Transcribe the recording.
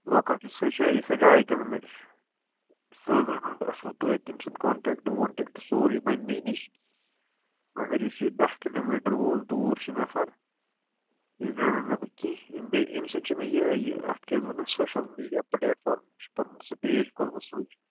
local یُس حظ چھِ یُس حظ ڈاے کِلوٗمیٖٹَر چھِ سُہ حظ زانَن بہٕ اَصٕل پٲٹھۍ تٔمۍ سُنٛد کانٹیکٹ وانٹیکٹہٕ سورُے بَنہِ مےٚ نِش مگر یُس یہِ داہ کِلوٗمیٖٹَر وول دوٗر چھِ نَفَر یہِ زانَن نہٕ بہٕ کیٚنہہ بیٚیہِ أمۍ سُنٛد چھِ یِہٕے یہِ اَتھ کیٛاہ حظ وَنان سوشَل میٖڈیا پٮ۪ٹھ پَنُن سُہ پیج کوٚرمُت سُہ